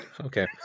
Okay